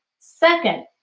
second,